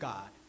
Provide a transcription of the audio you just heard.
God